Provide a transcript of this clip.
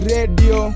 Radio